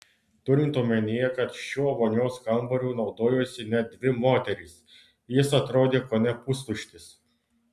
turint omenyje kad šiuo vonios kambariu naudojosi net dvi moterys jis atrodė kone pustuštis